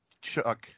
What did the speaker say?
Chuck